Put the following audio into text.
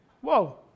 whoa